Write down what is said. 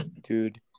dude